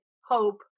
hope